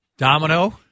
Domino